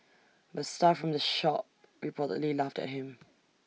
but staff from the shop reportedly laughed at him